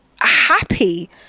happy